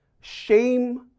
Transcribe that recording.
Shame